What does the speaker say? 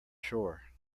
shore